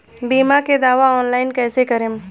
बीमा के दावा ऑनलाइन कैसे करेम?